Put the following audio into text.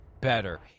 better